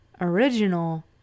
original